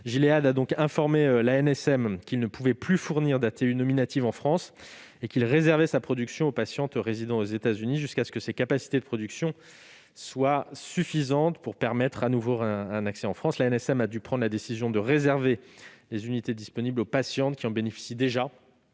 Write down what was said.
produits de santé (ANSM) qu'il ne pouvait plus fournir d'ATU nominative en France et qu'il réservait sa production aux patientes résidant aux États-Unis, jusqu'à ce que ses capacités de production soient suffisantes pour permettre de nouveau un accès en France. L'ANSM a dû prendre la décision de réserver les unités disponibles aux patientes qui en bénéficient déjà,